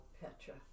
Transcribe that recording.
Petra